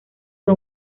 fue